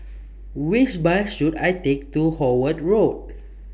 Which Bus should I Take to Howard Road